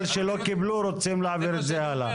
שלא קיבלו רוצים להעביר את זה הלאה?